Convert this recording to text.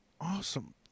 awesome